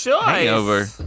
Hangover